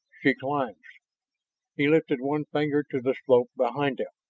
she climbs he lifted one finger to the slope behind them.